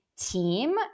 team